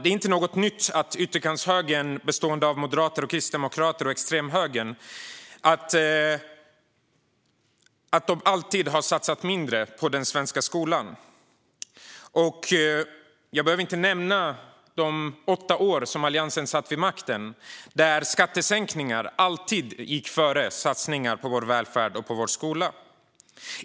Det är inte något nytt att ytterkantshögern, bestående av moderater, kristdemokrater och extremhögern, alltid har satsat mindre på den svenska skolan. Jag behöver inte nämna de åtta år då Alliansen satt vid makten, då skattesänkningar alltid gick före satsningar på vår välfärd och vår skola.